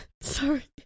Sorry